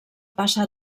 passa